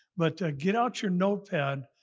but get out your note pad.